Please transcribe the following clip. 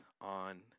on